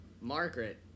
Margaret